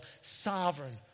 sovereign